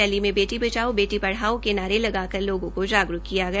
rally में बेटी बचाओ बेटी पढ़ाओ के नारे लगाकर लोगों का जागरूक किया गया